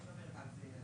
תן לי לגמור את הדברים.